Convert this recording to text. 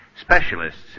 specialists